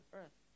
earth